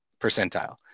percentile